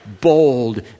bold